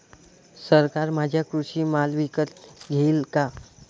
सरकार माझा कृषी माल विकत घेईल का?